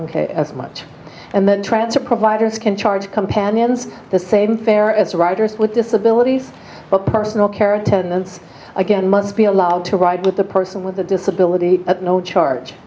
twice as much and then transfer providers can charge companions the same fare as riders with disabilities but personal care is tennis again must be allowed to ride with the person with a disability at no charge